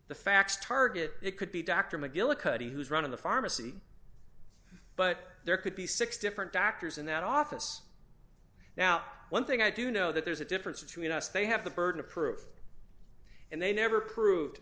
the fax target it could be dr mcgillicuddy who's running the pharmacy but there could be six different doctors in that office now one thing i do know that there's a difference between us they have the burden of proof and they never proved